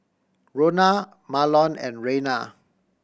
Rona Marlon and Reyna